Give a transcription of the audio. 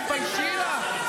תתביישי לך.